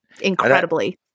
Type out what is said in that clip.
incredibly